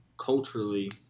culturally